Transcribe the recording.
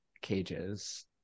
Cages